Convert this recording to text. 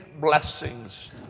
blessings